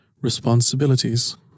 responsibilities